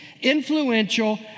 influential